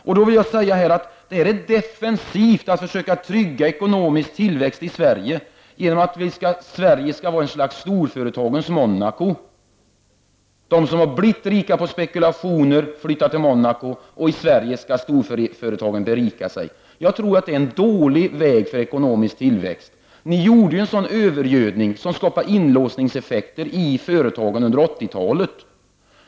Jag vill säga att det är defensivt att försöka trygga ekonomisk tillväxt i Sverige genom att Sverige skall vara ett slags storföretagens Monaco. De som har blivit rika på spekulationer flyttar till Monaco och i Sverige skall storföretagen berika sig. Jag tror att det är en dålig väg för ekonomisk tillväxt. Ni genomförde en sådan övergödning, som skapade inlåsningseffekter i företagen, under 80 talet.